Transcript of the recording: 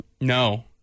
No